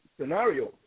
scenario